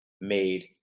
made